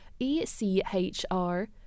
ECHR